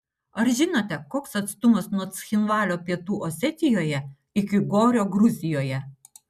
ar žinote koks atstumas nuo cchinvalio pietų osetijoje iki gorio gruzijoje